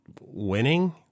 winning